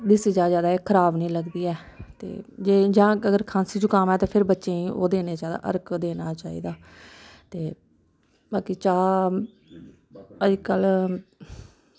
देस्सी चाह् जादै एह् खराब निं लगदी ऐ ते जां अगर खांसी जुकाम ऐ ते फिर बच्चें ओह् देना चाहिदा अरक देना चाहिदा ते बाकी चाह् अजकल्ल